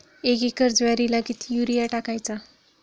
एक एकर ज्वारीला किती युरिया टाकायचा?